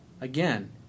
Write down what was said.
again